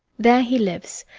there he lives,